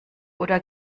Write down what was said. oder